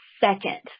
second